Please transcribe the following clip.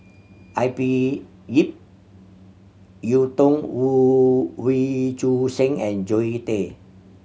I P Ip Yiu Tung Wee Choon Seng and Zoe Tay